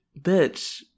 Bitch